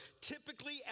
typically